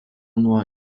nuo